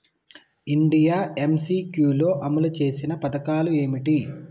India MCQ లో అమలు చేసిన పథకాలు ఏమిటి?